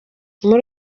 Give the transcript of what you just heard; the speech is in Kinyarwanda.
muri